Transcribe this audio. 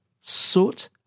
soot